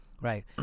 Right